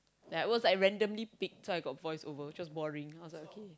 ya it was like randomly picked so I got voiceover it's just boring I was like okay